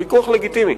הוויכוח לגיטימי,